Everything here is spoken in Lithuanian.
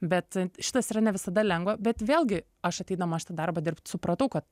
bet šitas yra ne visada lengva bet vėlgi aš ateidama šitą darbą dirbt supratau kad